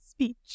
speech